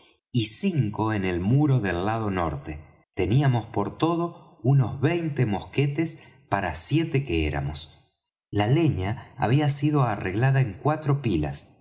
y cinco en el muro del lado norte teníamos por todo unos veinte mosquetes para siete que éramos la leña había sido arreglada en cuatro pilas